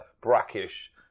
brackish